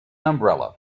umbrella